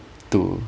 to